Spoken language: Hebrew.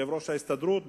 יושב-ראש ההסתדרות,